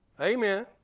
Amen